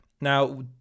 Now